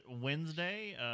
Wednesday